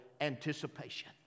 anticipation